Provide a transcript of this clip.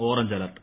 orange alert